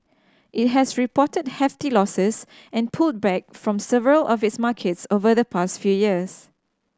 it has reported hefty losses and pulled back from several of its markets over the past few years